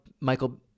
Michael